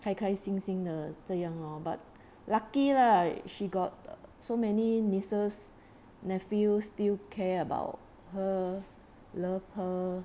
开开心心的这样 lor but lucky lah she got uh so many nieces nephews still care about her love her